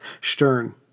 Stern